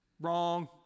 Wrong